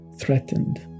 ...threatened